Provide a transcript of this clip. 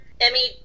Emmy